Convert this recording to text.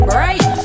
right